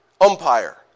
Umpire